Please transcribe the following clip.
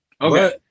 Okay